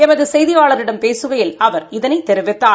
எமது செய்தியாளரிடம் பேசுகையில் அவர் இதனைத் தெரிவித்தார்